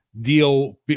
deal